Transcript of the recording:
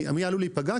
מי עלול להיפגע?